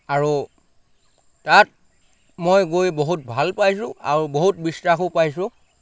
আৰু তাত মই গৈ বহুত ভাল পাইছোঁ আৰু বহুত বিশ্বাসো পাইছোঁ